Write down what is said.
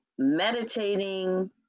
meditating